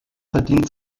verdient